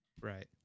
Right